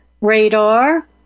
radar